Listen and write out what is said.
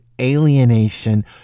alienation